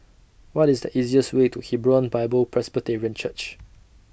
What IS The easiest Way to Hebron Bible Presbyterian Church